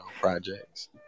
projects